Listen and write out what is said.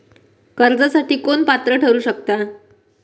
कर्जासाठी कोण पात्र ठरु शकता?